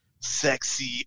sexy